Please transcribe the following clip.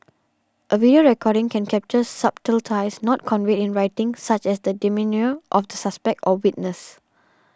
a video recording can capture subtleties not conveyed in writing such as the demeanour of the suspect or witness